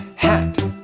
hat